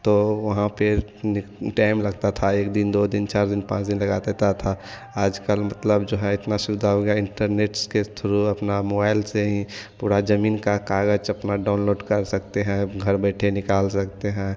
तो वहां पे टाइम लगता था एक दिन दो दिन चार दिन पांच दिन लगा देता था आजकल मतलब जो है इतना सुविधा हो गया इंटरनेट के थ्रु अपना मोआईल से हीं पूरा जमीन का कागज अपना डाउनलोड कर सकते हैं घर बैठे निकाल सकते हैं